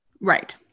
right